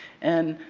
and,